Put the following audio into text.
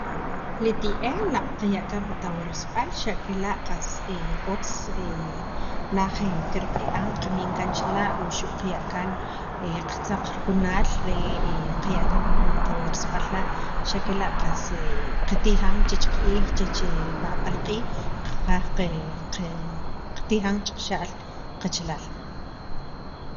li ti'ej laaq' qaya' kaan pi tawarsab'al xa' kela' otz naj kirq'i'an qamin kaan chila' wuxu' qaya' kaan qatzaq rikunaal wuxu're qaya' kaan pi jun tawarsab'al la' xa' kela' qas qatijan chech q'iij, chech pajab'al q'iij katijan chiqaxa'l qachalaal